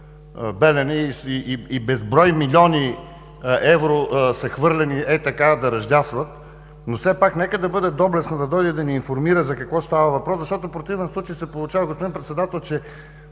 Белене и безброй милиони евро са хвърлени ей така да ръждясват. Все пак, нека да бъде доблестна и да дойде да ни информира за какво става въпрос, защото в противен случай се получава, господин Председател, че